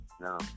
No